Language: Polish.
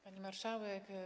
Pani Marszałek!